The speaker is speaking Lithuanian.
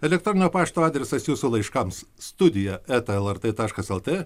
elektroninio pašto adresas jūsų laiškams studija eta lrt taškas lt